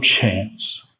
chance